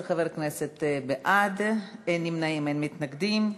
12 חברי כנסת בעד, אין נמנעים, אין מתנגדים.